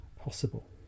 possible